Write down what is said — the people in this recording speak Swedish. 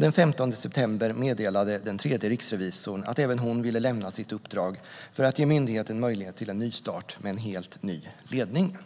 Den 15 september meddelade den tredje riksrevisorn att även hon ville lämna sitt uppdrag för att ge myndigheten möjlighet till en nystart med en helt ny ledning.